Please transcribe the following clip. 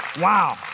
Wow